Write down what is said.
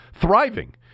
thriving